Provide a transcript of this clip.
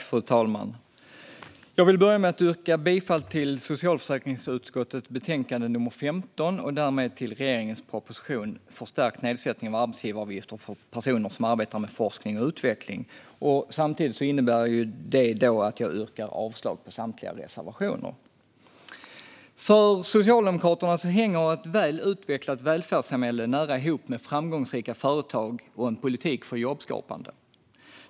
Fru talman! Jag vill börja med att yrka bifall till utskottets förslag i socialförsäkringsutskottets betänkande nr 15 och därmed till regeringens proposition Förstärkt nedsättning av arbetsgivaravgifter för personer som arbetar med forskning eller utveckling . Det innebär samtidigt att jag yrkar avslag på samtliga reservationer. För Socialdemokraterna hänger ett väl utvecklat välfärdssamhälle nära ihop med framgångsrika företag och en politik för jobbskapande.